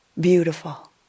beautiful